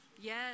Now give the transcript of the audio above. Yes